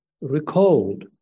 recalled